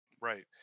Right